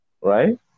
right